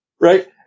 Right